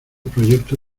proyecto